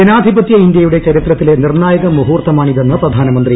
ജനാധിപത്യ ഇന്ത്യയുടെ ചരിത്രത്തിലെ നിർണായക മുഹൂർത്തമാണിതെന്ന് പ്രധാനമന്ത്രി